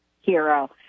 hero